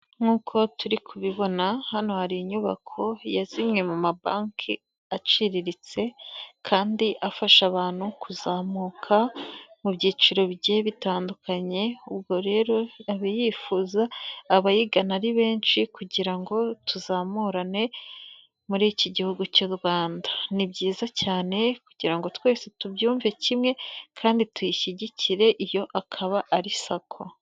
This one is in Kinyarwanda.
Nk'uko turi kubibona hano hari inyubako ya zimwe mu mabanki aciriritse kandi afasha abantu kuzamuka mu byiciro bigiye bitandukanye, ubwo rero yifuza abayigana ari benshi kugira ngo tuzamurane muri iki Gihugu cy'u Rwanda, ni byiza cyane kugira ngo twese tubyumve kimwe kandi tuyishyigikire, iyo akaba ari SACCO.